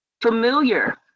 familiar